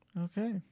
Okay